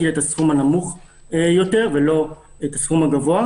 את הסכום הנמוך יותר ולא את הסכום הקבוע.